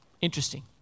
Interesting